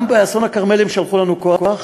גם באסון הכרמל הם שלחו לנו כוח.